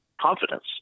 confidence